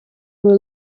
were